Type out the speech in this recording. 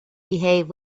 behave